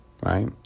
Right